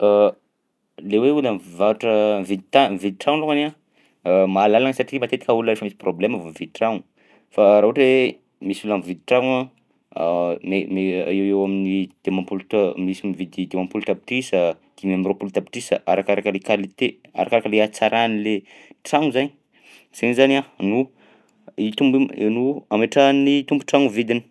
Le hoe olona mivarotra mividy ta- mividy tragno longany a mahalahalana satria matetika olona efa misy problema vao hividy trano fa raha ohatra hoe misy olona mividy tragno a me- me- eo ho eo amin'ny dimampolo ta- misy mividy dimampolo tapitrisa, dimy amby roapolo tapitrisa arakaraka ny qualité arakaraka le hatsaran'le tragno zainy, zainy zany a no itomb- no ametrahan'ny tompon-tragno vidiny.